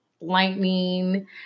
lightning